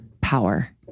power